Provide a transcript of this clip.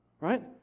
right